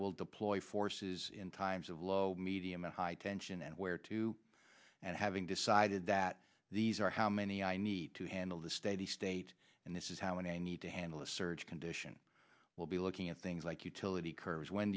will deploy forces in times of low medium and high tension and where to and having decided that these are how many i need to handle the state the state and this is how i need to handle a surge condition we'll be looking at things like utility curves when